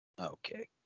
Okay